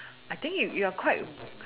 I think you you are quite